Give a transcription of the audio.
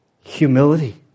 humility